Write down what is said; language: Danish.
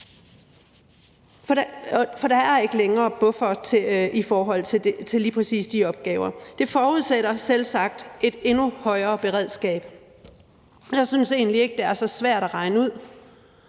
for der er ikke længere buffere i forhold til lige præcis de opgaver. Det forudsætter selvsagt et endnu højere beredskab. Jeg synes egentlig ikke, at det er så svært at regne ud,